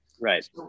Right